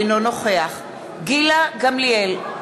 אינו נוכח גילה גמליאל,